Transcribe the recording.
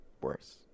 worse